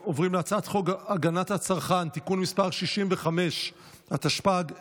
אני קובע כי הצעת חוק הביטוח הלאומי, התשפ"ג 2022,